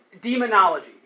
demonology